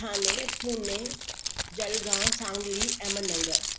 Thane Pune Jalgaon Sangli Ahmednagar